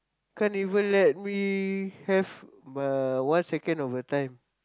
can't even let me have my one second of a time